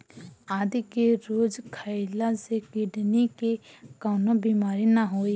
आदि के रोज खइला से किडनी के कवनो बीमारी ना होई